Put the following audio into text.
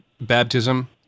baptism